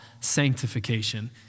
sanctification